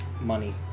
money